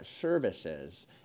services